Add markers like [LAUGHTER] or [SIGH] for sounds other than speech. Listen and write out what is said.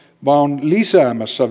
vaan on lisäämässä [UNINTELLIGIBLE]